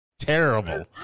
Terrible